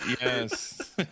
Yes